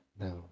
No